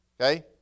Okay